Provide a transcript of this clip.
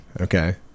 Okay